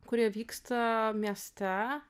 kurie vyksta mieste